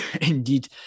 indeed